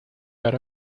ahora